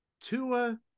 Tua